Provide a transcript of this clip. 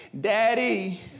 Daddy